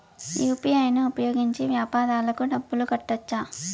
UPI ను ఉపయోగించి వ్యాపారాలకు డబ్బులు కట్టొచ్చా?